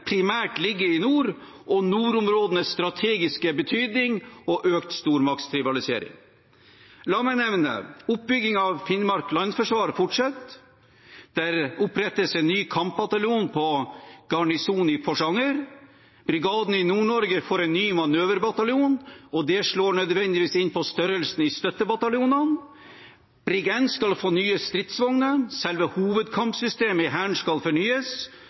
primært ligger i nord, med nordområdenes strategiske betydning og økt stormaktrivalisering. La meg nevne: Oppbyggingen av Finnmark landforsvar fortsetter. Det opprettes en ny kampbataljon ved garnisonen i Porsanger. Brigaden i Nord-Norge får en ny manøverbataljon, og det slår nødvendigvis inn på størrelsen i støttebataljonene. Brig N skal få nye stridsvogner. Selve hovedkampsystemet i Hæren skal fornyes,